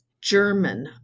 German